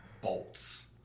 bolts